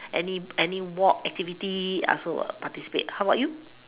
any any walk activity I also will participate how about you